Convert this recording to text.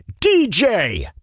DJ